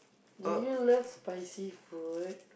do you love spicy food